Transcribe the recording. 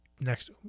next